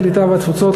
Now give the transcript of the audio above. הקליטה והתפוצות,